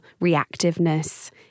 reactiveness